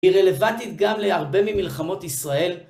היא רלווטית גם להרבה ממלחמות ישראל.